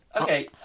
Okay